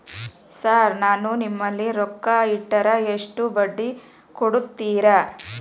Sir ನಾನು ನಿಮ್ಮಲ್ಲಿ ರೊಕ್ಕ ಇಟ್ಟರ ಎಷ್ಟು ಬಡ್ಡಿ ಕೊಡುತೇರಾ?